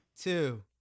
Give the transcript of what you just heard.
two